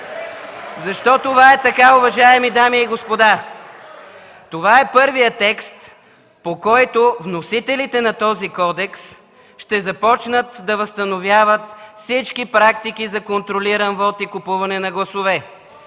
Защо това е така, уважаеми дами и господа? Това е първият текст, по който вносителите на този кодекс ще започнат да възстановяват всички практики за контролиран вот и купуване на гласове!